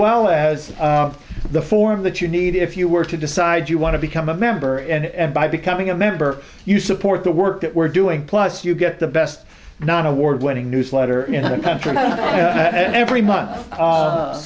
well as the form that you need if you were to decide you want to become a member and by becoming a member you support the work that we're doing plus you get the best non award winning newsletter in the country every month